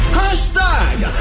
hashtag